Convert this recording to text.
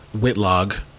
Whitlock